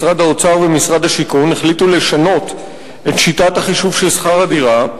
משרד האוצר ומשרד השיכון החליטו לשנות את שיטת החישוב של שכר הדירה,